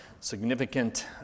significant